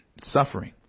suffering